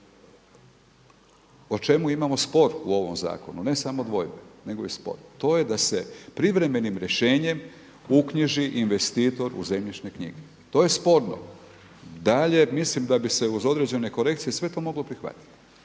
o čemu imamo spor u ovom zakonu, ne samo dvojbe nego i spor, to je da se privremenim rješenjem uknjiži investitor u zemljišne knjige. To je sporno. Dalje, mislim da bi se uz određene korekcije sve to moglo prihvatiti.